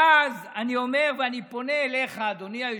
ואז אני אומר, ואני פונה אליך, אדוני היושב-ראש,